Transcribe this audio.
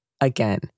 Again